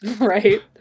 right